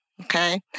Okay